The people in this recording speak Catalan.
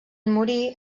morir